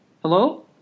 Hello